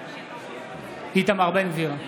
בעד איתמר בן גביר,